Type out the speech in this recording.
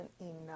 enough